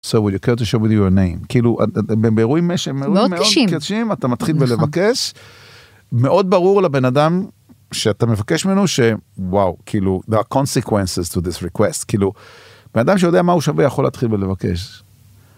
כאילו בארועים מאוד קשים אתה מתחיל בלבקש מאוד ברור לבן אדם שאתה מבקש ממנו שוואו כאילו קונסיקואנס כאילו בנאדם שיודע מה הוא שווה יכול להתחיל בלבקש.